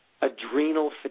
adrenal